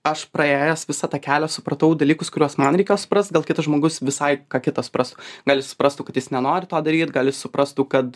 aš praėjęs visą tą kelią supratau dalykus kuriuos man reikia suprast gal kitas žmogus visai ką kitą suprastų gal jis suprastų kad jis nenori to daryt gal jis suprastų kad